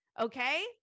Okay